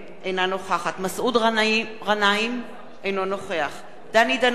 אינה נוכחת מסעוד גנאים, אינו נוכח דני דנון,